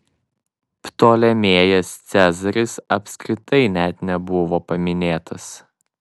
ptolemėjas cezaris apskritai net nebuvo paminėtas